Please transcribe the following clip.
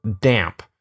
damp